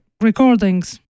Recordings